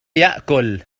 يأكل